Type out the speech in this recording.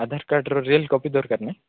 ଆଧାର କାର୍ଡ଼ର real copy ଦରକାର ନା